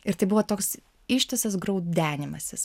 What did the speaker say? ir tai buvo toks ištisas graudenimasis